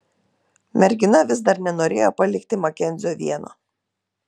mergina vis dar nenorėjo palikti makenzio vieno